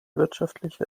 wirtschaftliche